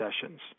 sessions